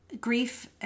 grief